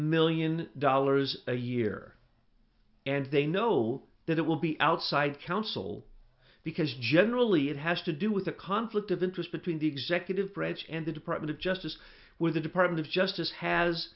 million dollars a year and they know that it will be outside counsel because generally it has to do with a conflict of interest between the executive branch and the department of justice with the department of justice has